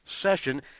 session